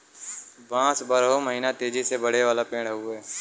बांस बारहो महिना तेजी से बढ़े वाला पेड़ हउवे